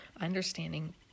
understanding